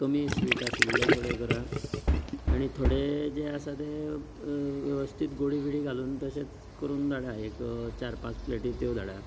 कमी स्विट आशिल्ले थोडे करात आनी थोडे जे आसा तें वेवस्थीत गोडीबीडी घालून तशेंच करून धाडात एक चार पाच प्लेटी त्यो धाडात